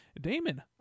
Damon